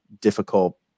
difficult